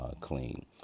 clean